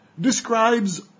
describes